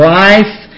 life